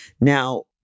Now